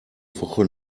woche